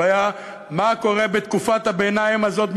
הבעיה היא, מה קורה בתקופת הביניים הזאת?